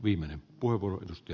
arvoisa puhemies